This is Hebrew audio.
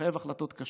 שמחייב החלטות קשות,